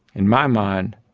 in my mind,